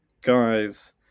guys